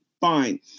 fine